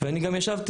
ואני גם ישבתי,